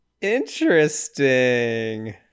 interesting